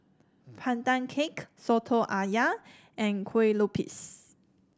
Pandan Cake soto ayam and Kue Lupis